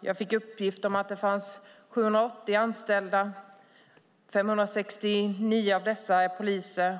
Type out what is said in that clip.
Jag fick uppgift om att det finns 780 anställda. 569 av dessa är poliser